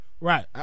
Right